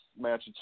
match